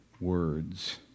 words